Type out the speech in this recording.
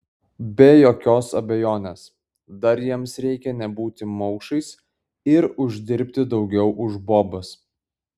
be jokios abejonės dar jiems reikia nebūti maušais ir uždirbti daugiau už bobas